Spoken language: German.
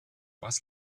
was